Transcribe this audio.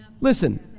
Listen